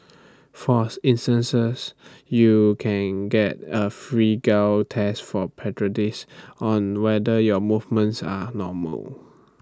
for instances you can get A free gel test for on whether your movements are normal